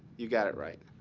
you got it right.